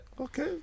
Okay